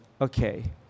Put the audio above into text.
okay